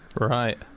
Right